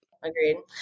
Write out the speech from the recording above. Agreed